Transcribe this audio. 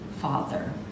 Father